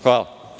Hvala.